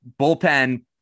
bullpen